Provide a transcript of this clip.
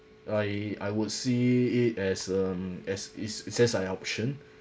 I I would see it as um as is it's an option